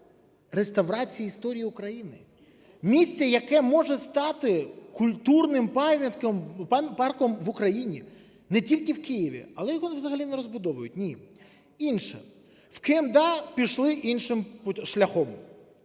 реставрації історії України, місце, яке може стати культурним парком в Україні, не тільки в Києві, але його взагалі не розбудовують. Ні. Інше. В КМДА пішли іншим шляхом,